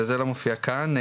וזה לא מופיע כאן,